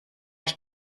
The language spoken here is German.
ich